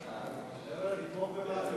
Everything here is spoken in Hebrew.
ההצעה להפוך את הצעת